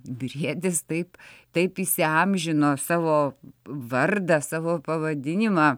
briedis taip taip įsiamžino savo vardą savo pavadinimą